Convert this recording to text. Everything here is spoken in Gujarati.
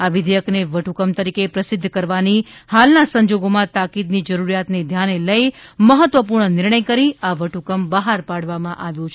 આ વિધેયકને વટ હ્કમ તરીકે પ્રસિધ્ધ કરવાની હાલના સંજોગોમાં તાકીદની જરૂરિયાતને ધ્યાને લઈ મહત્વપૂર્ણ નિર્ણય કરી આ વટહુકમ બહાર પાડવામાં આવ્યો છે